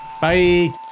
Bye